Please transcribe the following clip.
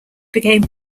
became